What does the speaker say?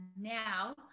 now